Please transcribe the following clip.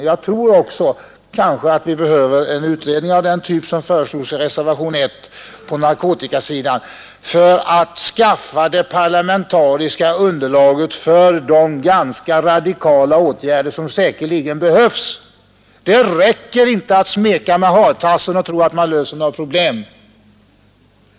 Jag tror också att vi behöver en utredning av den typ som föreslås i reservationen 1 beträffande narkotika. Vi måste skaffa fram ett parla mentariskt underlag för de ganska radikala åtgärder som säkerligen behövs. Det räcker inte att smeka med hartassen och tro att vi därmed löser några problem.